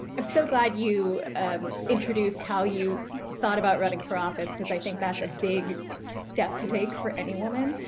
i'm so glad you introduced how you thought about running for office because i think that's a big step to take for any woman.